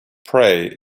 prey